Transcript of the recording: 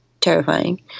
terrifying